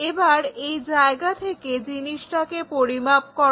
এবার এই জায়গা থেকে জিনিসটাকে পরিমাপ করো